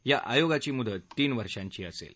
या आयोगाची मुदत तीन वर्षांची असेल